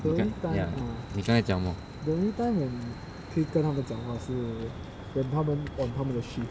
ya 你刚才讲什么